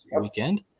weekend